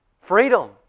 Freedom